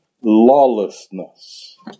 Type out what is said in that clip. lawlessness